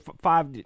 Five